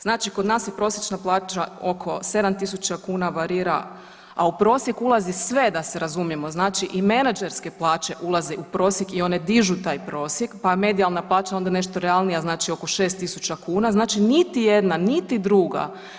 Znači kod nas je prosječna plaća oko 7.000 kuna varira, a u prosjek ulazi sve da se razumijemo, znači i menadžerske plaće ulaze i u prosjek i one dižu taj prosjek, pa je medijalna plaća onda nešto realnija oko 6.000 kuna, znači niti jedna, niti druga.